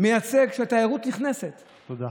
דקות